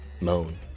Moan